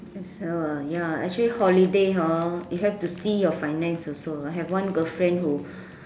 it's uh ya actually holiday hor you have to see your finance also I have one girlfriend who